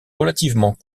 relativement